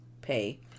pay